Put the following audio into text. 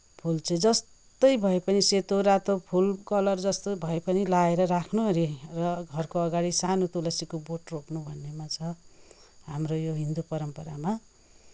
फुल चाहिँ जस्तो भए पनि सेतो रातो फुल कलर जस्तो भए पनि लाएर राख्नु अरे र घरको अघाडि सानो तुलसीको बोट रोप्नु भन्नेमा छ हाम्रो यो हिन्दू परम्परामा